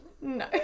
no